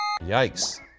Yikes